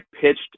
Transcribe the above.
pitched